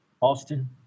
Austin